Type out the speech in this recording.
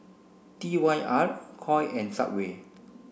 T Y R Koi and Subway